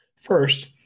First